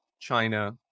China